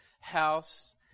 house